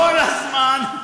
כל הזמן,